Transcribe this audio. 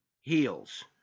heals